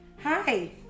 Hi